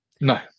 No